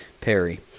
Perry